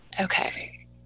Okay